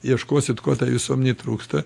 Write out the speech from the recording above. ieškosit ko tai visuomenei trūksta